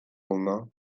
romain